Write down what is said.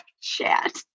chat